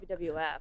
WWF